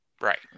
Right